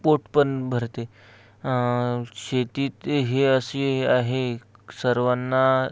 पोट पण भरते शेतीत हे असे आहे सर्वांना